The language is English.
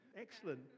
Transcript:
excellent